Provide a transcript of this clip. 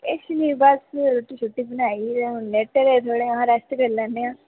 इस लै बस रुट्टी शुट्टी बनाईं हून लेटे दे थोह्ड़े महा रैस्ट करी लैनें आं